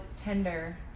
tender